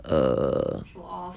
uh